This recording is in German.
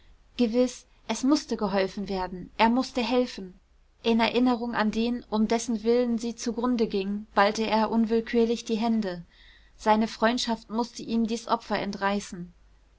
gewiß es mußte geholfen werden er mußte helfen in erinnerung an den um dessentwillen sie zugrunde ging ballte er unwillkürlich die hände seine freundschaft mußte ihm dies opfer entreißen